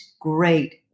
great